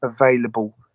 available